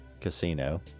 Casino